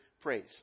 praise